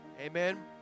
Amen